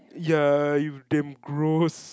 ya you damn gross